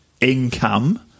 income